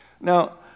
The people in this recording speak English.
Now